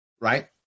right